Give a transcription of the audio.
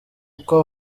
uko